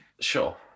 Sure